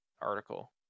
article